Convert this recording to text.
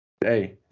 Hey